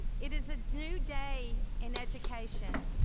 it is a new day in education.